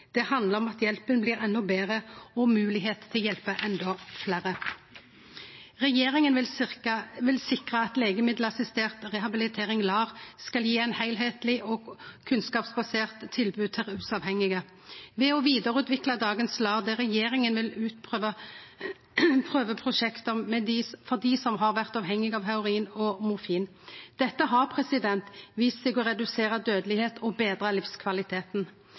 Det handlar om at hjelpa blir enda betre, og om å ha moglegheit til å hjelpe endå fleire. Regjeringa vil sikre at legemiddelassistert rehabilitering, LAR, skal gje eit heilskapleg og kunnskapsbasert tilbod til rusavhengige ved å vidareutvikle dagens LAR, der regjeringa vil utgreie prøveprosjekt for dei som har vore avhengige av heroin og morfin. Dette har vist seg å redusere dødelegheit og betre livskvaliteten.